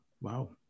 Wow